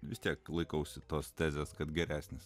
vis tiek laikausi tos tezės kad geresnis